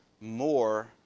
more